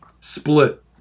Split